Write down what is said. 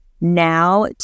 now